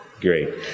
Great